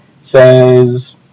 says